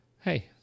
hey